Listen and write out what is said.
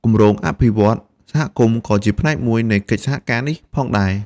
គម្រោងអភិវឌ្ឍន៍សហគមន៍ក៏ជាផ្នែកមួយនៃកិច្ចសហការនេះផងដែរ។